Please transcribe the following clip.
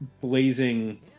blazing